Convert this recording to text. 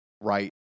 right